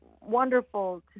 wonderful